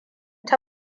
ci